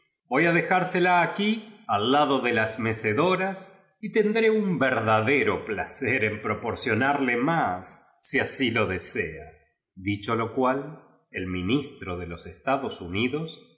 voy a dejársela aquí al lado de las mecedoras y tendré un verdadero placer en proporcionarle más si así tu desea dicho lo cual d ministro de im estados